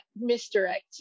misdirect